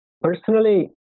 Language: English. Personally